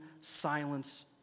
silence